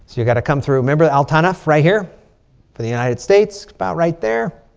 you've got to come through remember al-tanf right here for the united states? about right there.